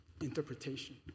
interpretation